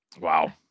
Wow